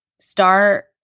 start